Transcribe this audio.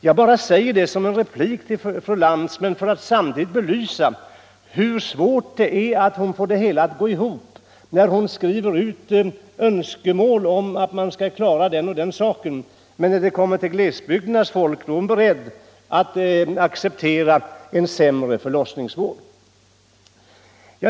Jag säger detta bara som en replik till fru Lantz och för att samtidigt belysa hur svårt det är att få det hela att gå ihop när man skriver ut önskemål. I fråga om glesbygderna är fru Lantz beredd att acceptera en sämre förlossningsvård.